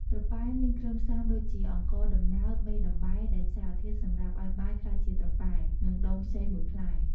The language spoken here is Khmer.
ត្រប៉ែមានគ្រឿងផ្សំដូចជា អង្ករដំណើប មេដំបែ ដែលសារធាតុសម្រាប់ឱ្យបាយកា្លយជាត្រប៉ែ និងដូងខ្ចីមួយផ្លែ។